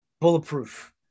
bulletproof